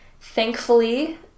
thankfully